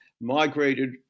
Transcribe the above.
migrated